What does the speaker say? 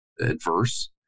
adverse